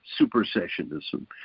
supersessionism